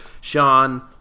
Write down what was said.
Sean